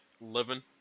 Living